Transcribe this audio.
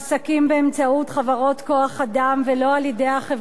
חברות כוח-אדם ולא על-ידי החברה שהם עובדים בה?